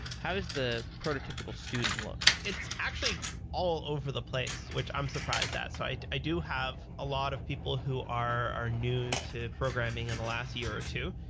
how is the prototypical student look? it's actually all over the place, which i'm surprised. so i i do have a lot of people who are are new to programming in the last year or two,